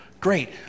Great